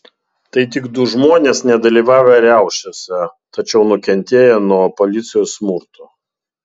tai tik du žmonės nedalyvavę riaušėse tačiau nukentėję nuo policijos smurto